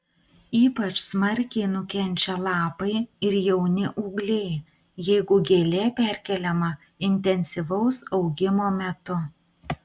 ypač smarkiai nukenčia lapai ir jauni ūgliai jeigu gėlė perkeliama intensyvaus augimo metu